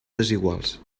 desiguals